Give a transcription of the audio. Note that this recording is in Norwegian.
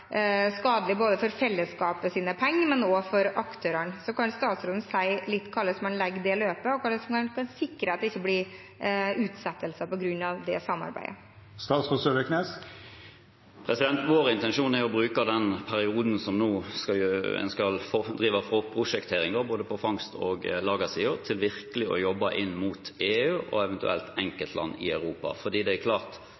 skadelig både for fellesskapets penger og for aktørene. Kan statsråden si litt om hvordan man legger det løpet, og hvordan man kan sikre at det ikke blir utsettelser på grunn av det samarbeidet? Vår intensjon er å bruke den perioden der en skal drive forprosjektering, både på fangst og lagersiden, til virkelig å jobbe inn mot EU og eventuelt